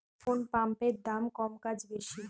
কোন পাম্পের দাম কম কাজ বেশি?